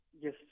Yes